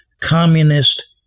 communist